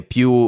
Più